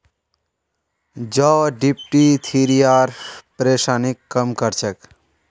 जौ डिप्थिरियार परेशानीक कम कर छेक